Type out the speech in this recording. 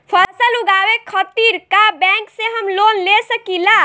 फसल उगावे खतिर का बैंक से हम लोन ले सकीला?